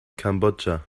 kambodscha